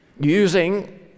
using